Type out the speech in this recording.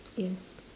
yes